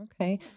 Okay